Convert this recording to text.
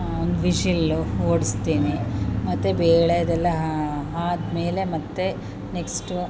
ಒಂದು ವಿಷಿಲ್ಲು ಓಡಿಸ್ತೀನಿ ಮತ್ತೆ ಬೇಳೆ ಅದೆಲ್ಲ ಆದ್ಮೇಲೆ ಮತ್ತೆ ನೆಕ್ಸ್ಟು